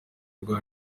rwa